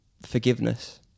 forgiveness